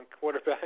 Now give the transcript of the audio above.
quarterback